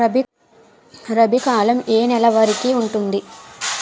రబీ కాలం ఏ ఏ నెల వరికి ఉంటుంది?